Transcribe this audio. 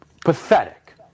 pathetic